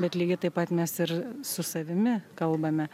bet lygiai taip pat mes ir su savimi kalbame